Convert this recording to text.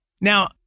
Now